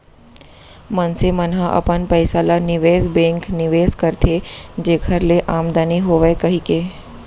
मनसे मन ह अपन पइसा ल निवेस बेंक निवेस करथे जेखर ले आमदानी होवय कहिके